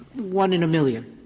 one in a million,